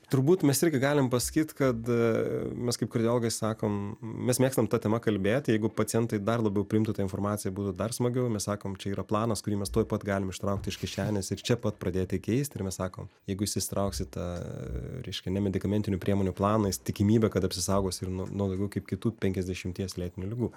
turbūt mes irgi galim pasakyt kad mes kaip kardiologai sakom mes mėgstam ta tema kalbėt jeigu pacientai dar labiau priimtų tą informaciją būtų dar smagiau mes sakom čia yra planas kurį mes tuoj pat galima ištraukti iš kišenės ir čia pat pradėti keisti ir mes sakom jeigu jūs įsitrauksit į tą reiškia nemedikamentinių priemonių planą jis tikimybė kad apsisaugosi ir nuo daugiau kaip kitų penkiasdešimties lėtinių ligų